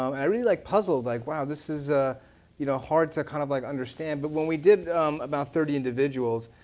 i really like puzzled, like wow, this is ah you know hard to kind of like understand. but when we did about thirty individuals,